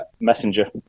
Messenger